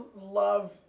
love